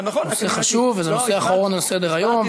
זה נושא חשוב וזה הנושא האחרון על סדר-היום,